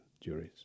juries